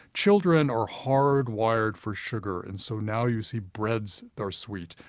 children are hard-wired for sugar, and so now you see breads that are sweet,